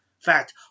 fact